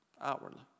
outwardly